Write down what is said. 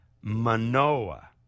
Manoa